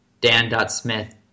dan.smith